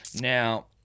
Now